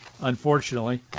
unfortunately